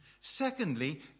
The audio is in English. Secondly